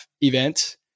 event